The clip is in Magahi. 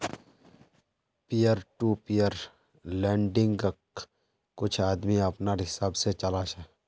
पीयर टू पीयर लेंडिंग्क कुछ आदमी अपनार हिसाब से चला छे